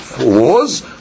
wars